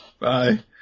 Bye